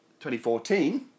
2014